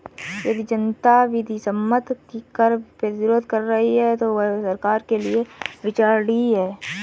यदि जनता विधि सम्मत कर प्रतिरोध कर रही है तो वह सरकार के लिये विचारणीय है